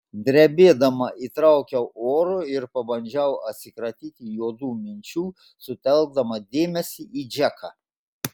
drebėdama įtraukiau oro ir pabandžiau atsikratyti juodų minčių sutelkdama dėmesį į džeką